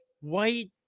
white